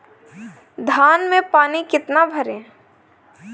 धान में पानी कितना भरें?